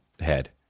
head